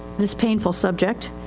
this painful subject.